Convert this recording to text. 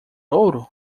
ouro